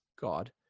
God